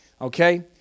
okay